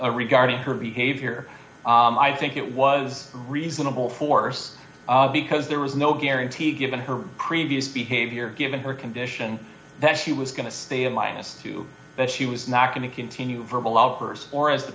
a regarding her behavior i think it was reasonable force because there was no guarantee given her previous behavior given her condition that she was going to stay in liason to that she was not going to continue verbal outbursts or as the